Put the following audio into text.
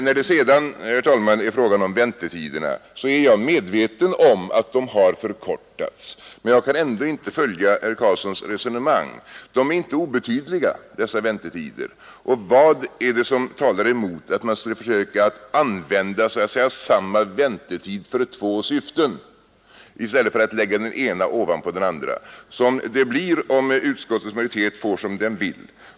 När det sedan gäller väntetiderna är jag medveten om att de har förkortats, men jag kan ändå inte följa herr Karlssons i Huskvarna resonemang. Väntetiderna är inte obetydliga. Och vad är det som talar emot att försöka så att säga använda samma väntetid för två syften, i stället för att lägga den ena ovanpå den andra, vilket blir fallet om utskottets majoritet får som den vill?